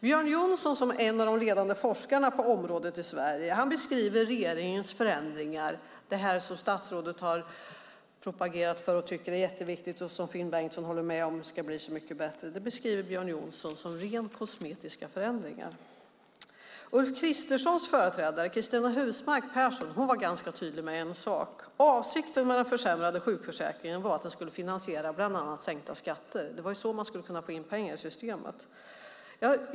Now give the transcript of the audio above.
Björn Johnson, som är en av de ledande forskarna på området i Sverige, beskriver regeringens förändringar, det som statsrådet har propagerat för och tycker är jätteviktigt och som Finn Bengtsson håller med om ska bli så mycket bättre, som rent kosmetiska förändringar. Ulf Kristerssons företrädare, Cristina Husmark Pehrsson, var ganska tydlig med en sak: Avsikten med den försämrade sjukförsäkringen var att den skulle finansiera bland annat sänkta skatter. Det var så man skulle kunna få in pengar i systemet.